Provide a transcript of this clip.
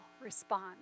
respond